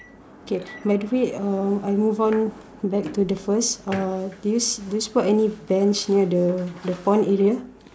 okay by the way um I move on back to the first uh do you see do you spot any bench near the the pond area